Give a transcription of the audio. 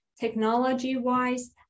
technology-wise